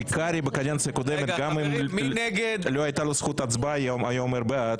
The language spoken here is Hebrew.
קרעי בקדנציה הקודמת גם לא הייתה לו זכות הצבעה והוא היה אומר 'בעד'.